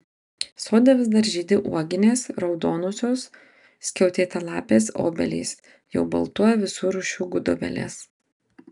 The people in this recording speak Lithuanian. sode vis dar žydi uoginės raudonosios skiautėtalapės obelys jau baltuoja visų rūšių gudobelės